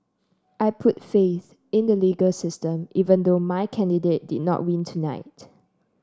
I put faith in the legal system even though my candidate did not win tonight